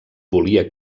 volia